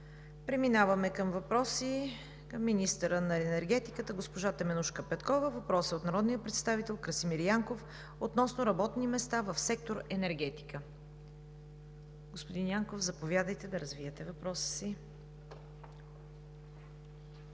Преминаваме към въпроси към министъра на енергетиката госпожа Теменужка Петкова. Въпросът е от народния представител Красимир Янков относно работни места в сектор „Енергетика“. Господин Янков, заповядайте да развиете въпроса си.